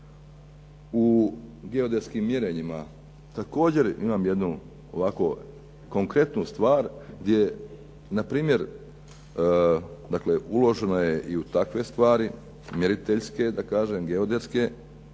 u geodetskim mjerenjima također imam jednu ovako konkretnu stvar gdje npr. dakle, uloženo je iu takve stvari mjeriteljske da kažem, geodetske